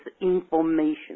information